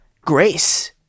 Grace